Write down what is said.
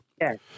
Yes